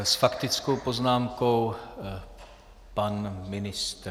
S faktickou poznámkou pan ministr.